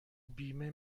بیمه